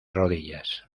rodillas